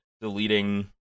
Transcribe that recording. deleting